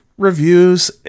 reviews